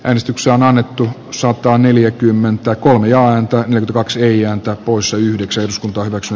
äänestyksiä on annettu sataneljäkymmentäkolme ja antaa kaksi eija antaa poissa yhdeksäs kun kaivoksen